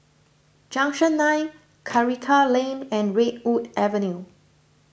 Junction nine Karikal Lane and Redwood Avenue